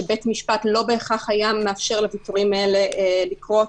שבית משפט לא בהכרח היה מאפשר לוויתורים האלה לקרות.